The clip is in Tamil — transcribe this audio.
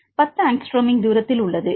10 ஆங்ஸ்ட்ரோமின் தூரம் உள்ளது